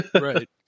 right